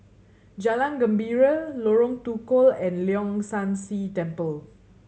Jalan Gembira Lorong Tukol and Leong San See Temple